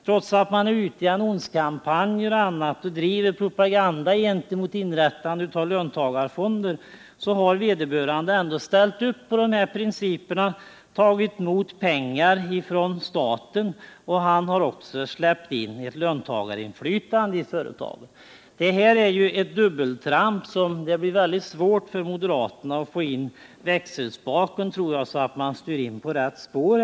Trots att man i annonskampanjer och på annat sätt driver propaganda mot inrättande av löntagarfonder har vederbörande ändå ställt upp på dessa principer, tagit emot pengar från staten och även släppt in ett löntagarinflytande i företaget. Detta är ett dubbeltramp som gör att det blir svårt för moderaterna att få in växeln så man styr in på rätt spår.